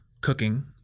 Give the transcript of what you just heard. cooking